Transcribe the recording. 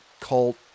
Cult